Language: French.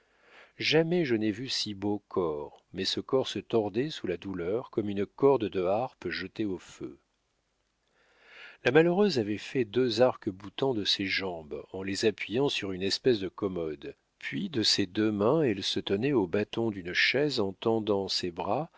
jamais je n'ai vu si beau corps mais ce corps se tordait sous la douleur comme une corde de harpe jetée au feu la malheureuse avait fait deux arcs-boutants de ses jambes en les appuyant sur une espèce de commode puis de ses deux mains elle se tenait aux bâtons d'une chaise en tendant ses bras